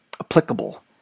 applicable